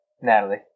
Natalie